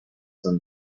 when